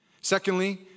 Secondly